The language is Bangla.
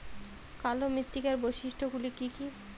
কালো মৃত্তিকার বৈশিষ্ট্য গুলি কি কি?